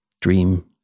dream